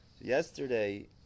Yesterday